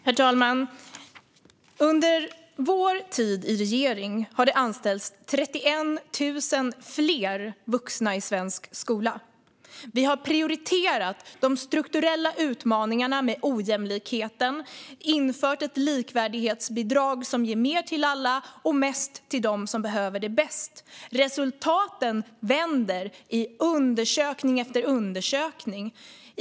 Herr talman! Under vår tid i regering har det anställts 31 000 fler vuxna i svensk skola. Vi har prioriterat de strukturella utmaningarna med ojämlikheten och infört ett likvärdighetsbidrag som ger mer till alla och mest till dem som behöver det bäst. Resultaten vänder i undersökning efter undersökning.